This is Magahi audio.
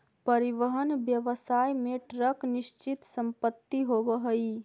परिवहन व्यवसाय में ट्रक निश्चित संपत्ति होवऽ हई